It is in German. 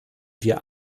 wir